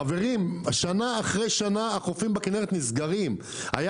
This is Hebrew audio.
חברים, החופים בכנרת נסגרים שנה אחרי שנה.